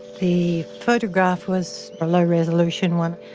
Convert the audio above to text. the photograph was a low resolution one.